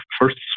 first